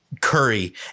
Curry